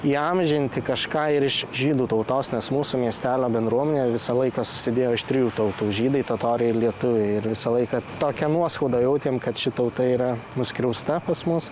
įamžinti kažką ir iš žydų tautos nes mūsų miestelio bendruomenė visą laiką susidėjo iš trijų tautų žydai totoriai lietuviai ir visą laiką tokią nuoskaudą jautėm kad ši tauta yra nuskriausta pas mus